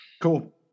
Cool